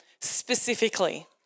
specifically